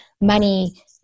money